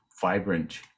vibrant